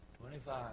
twenty-five